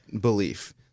belief